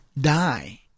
die